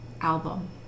album